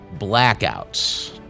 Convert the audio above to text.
Blackouts